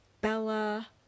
Bella